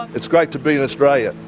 it's great to be in australia,